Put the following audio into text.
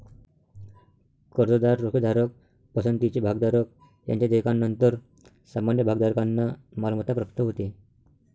कर्जदार, रोखेधारक, पसंतीचे भागधारक यांच्या देयकानंतर सामान्य भागधारकांना मालमत्ता प्राप्त होते